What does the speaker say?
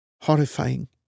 Horrifying